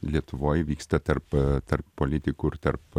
lietuvoj vyksta tarp tarp politikų ir tarp